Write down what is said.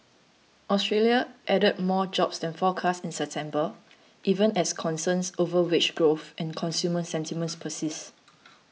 Australia added more jobs than forecast in September even as concerns over wage growth and consumer sentiment persist